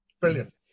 brilliant